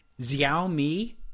Xiaomi